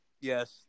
Yes